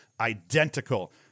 identical